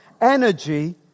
energy